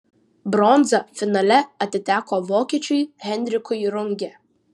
bronza finale atiteko vokiečiui henrikui runge